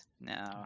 No